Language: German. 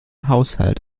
haushalt